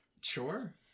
Sure